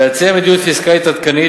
להציע מדיניות פיסקלית עדכנית,